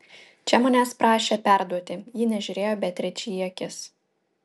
čia manęs prašė perduoti ji nežiūrėjo beatričei į akis